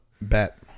Bet